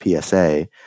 PSA